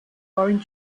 boring